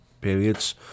periods